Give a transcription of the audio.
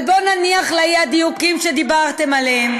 אבל בואו נניח לאי-דיוקים שדיברתם עליהם.